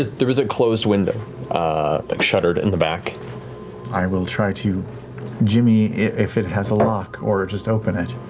there is a closed window shuttered in the back. sam i will try to jimmy it if it has a lock or just open it.